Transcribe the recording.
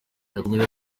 yakomeje